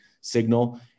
signal